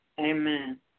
Amen